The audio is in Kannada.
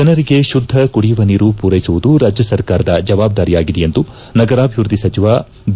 ಜನರಿಗೆ ಶುದ್ದ ಕುಡಿಯುವ ನೀರು ಪೂರೈಸುವುದು ರಾಜ್ಯ ಸರ್ಕಾರದ ಜವಾಬ್ದಾರಿಯಾಗಿದೆ ಎಂದು ನಗರಾಭಿವೃದ್ದಿ ಸಚಿವ ಬಿ